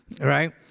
right